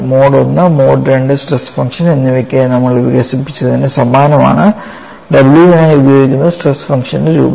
mode I mode II stress function എന്നിവയ്ക്കായി നമ്മൾ വികസിപ്പിച്ചതിന് സമാനമാണ് w നായി ഉപയോഗിക്കുന്ന സ്ട്രെസ് ഫംഗ്ഷന്റെ രൂപം